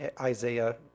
Isaiah